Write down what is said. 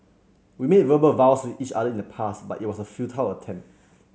we made verbal vows to each other in the past but it was a futile attempt